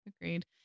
Agreed